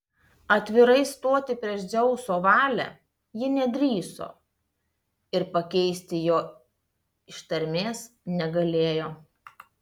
atvirai stoti prieš dzeuso valią ji nedrįso ir pakeisti jo ištarmės negalėjo